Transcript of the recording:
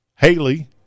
Haley